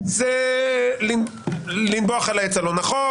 זה לנבוח על העץ הלא נכון.